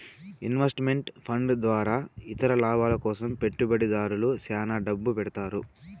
invest meant fund ద్వారా ఇతర లాభాల కోసం పెట్టుబడిదారులు శ్యాన డబ్బు పెడతారు